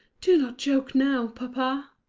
do not joke now, papa,